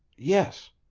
yes,